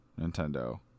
Nintendo